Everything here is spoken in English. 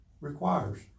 requires